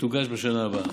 שתוגש בשנה הבאה.